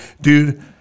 dude